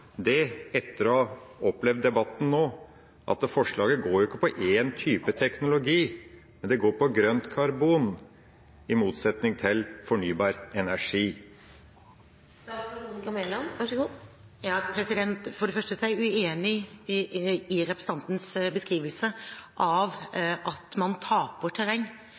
statsråden etter å ha opplevd debatten nå at forslaget går ikke på én type teknologi, men det går på grønt karbon i motsetning til fornybar energi? For det første er jeg uenig i representantens beskrivelse av at man taper terreng.